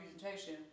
presentation